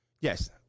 yes